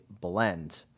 blend